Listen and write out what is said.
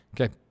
Okay